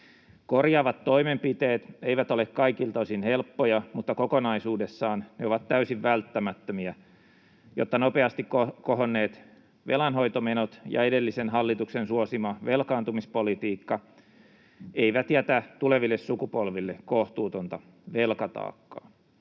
Korjaavat toimenpiteet eivät ole kaikilta osin helppoja, mutta kokonaisuudessaan ne ovat täysin välttämättömiä, jotta nopeasti kohonneet velanhoitomenot ja edellisen hallituksen suosima velkaantumispolitiikka eivät jätä tuleville sukupolville kohtuutonta velkataakkaa.